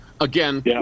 Again